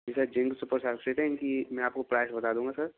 जी sir zinc super sulphate हैं इनकी मैं आपको प्राइस बता दूँगा सर